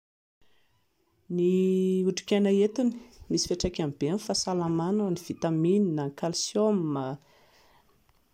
Ny hotrikaina entiny, misy fiantraikany be amin'ny fahsalaman ny vitamina, ny calcium